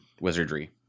Wizardry